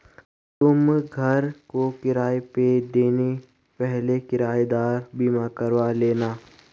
तुम घर को किराए पे देने से पहले किरायेदार बीमा करवा लेना